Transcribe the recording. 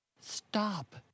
Stop